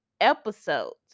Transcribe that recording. episodes